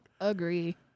Agree